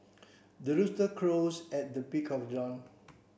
the rooster crows at the break of dawn